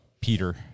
Peter